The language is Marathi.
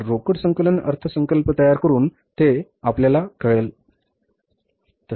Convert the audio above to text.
तर रोकड संकलन अर्थसंकल्प तयार करुन ते आपल्याला कळेल